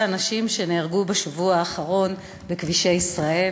אנשים שנהרגו בשבוע האחרון בכבישי ישראל: